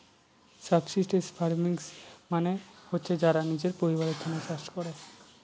subsistence farming মানে হচ্ছে যারা নিজের পরিবারের জন্য চাষ করে